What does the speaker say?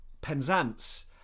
Penzance